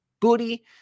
booty